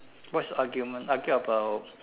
what's argument argue about